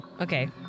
Okay